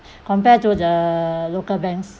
compared to the local banks